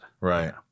right